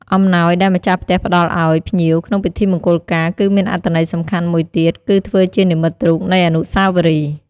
អំណោយដែលម្ចាស់ផ្ទះផ្តល់ឲ្យភ្ញៀវក្នុងពិធីមង្គលការ គឺមានអត្ថន័យសំខាន់មួយទៀត គឺធ្វើជានិមិត្តរូបនៃអនុស្សាវរីយ៍។